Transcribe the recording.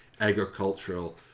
agricultural